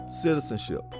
citizenship